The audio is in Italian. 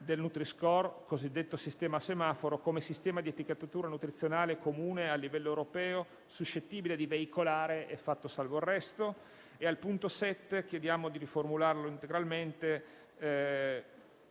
del nutri-score*,* cosiddetto sistema semaforo, come sistema di etichettatura nutrizionale comune a livello europeo, suscettibile di veicolare», e fatto salvo il resto. Chiediamo poi di riformulare integralmente